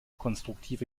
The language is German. konstruktive